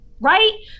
right